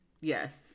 Yes